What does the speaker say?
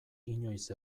inoiz